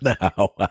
now